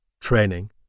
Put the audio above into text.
Training